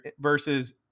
versus